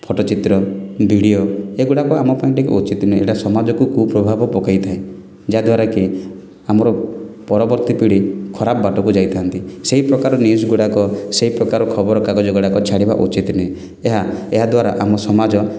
ଫଟୋଚିତ୍ର ଭିଡ଼ିଓ ଏଗୁଡ଼ାକ ଟିକିଏ ଆମପାଇଁ ଉଚିତ୍ ନୁହେଁ ଏଇଟା ସମାଜକୁ କୁପ୍ରଭାବ ପକାଇଥାଏ ଯାହାଦ୍ଵାରାକି ଆମର ପରବର୍ତ୍ତୀ ପିଢ଼ି ଖରାପ ବାଟକୁ ଯାଇଥାନ୍ତି ସେହିପ୍ରକାର ନିଉଜ୍ ଗୁଡ଼ାକ ସେହିପ୍ରକାର ଖବର କାଗଜ ଗୁଡ଼ାକ ଛାଡ଼ିବା ଉଚିତ୍ ନୁହେଁ ଏହା ଏହାଦ୍ୱାରା ଆମ ସମାଜ